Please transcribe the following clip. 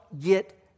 get